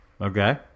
Okay